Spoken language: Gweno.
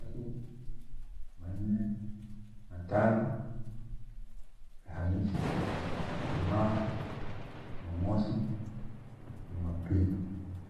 Jumatatu, Jumanne, Jumatano, Alihamis, Ijumaa, Jumamosi, Jumapili.